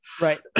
Right